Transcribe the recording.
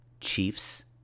Chiefs